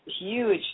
huge